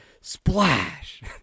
splash